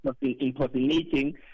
impersonating